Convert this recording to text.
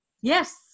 Yes